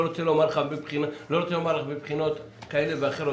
לא רוצה לומר מבחינות כאלה ואחרות,